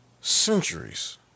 centuries